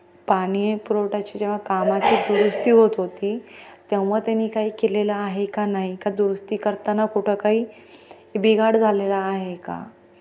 पाणी पुरवठाची जेव्हा कामाची दुरुस्ती होत होती तेव्हा त्यांनी काही केलेलं आहे का नाही का दुरुस्ती करताना कुठं काही बिघाड झालेलं आहे का